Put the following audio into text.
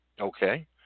Okay